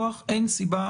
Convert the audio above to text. ויש איזה ריצה ככה,